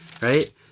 right